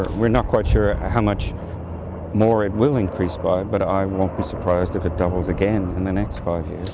we're not quite sure how much more it will increase by but i won't be surprised if it doubles again in the next five years.